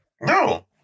no